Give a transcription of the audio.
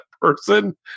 person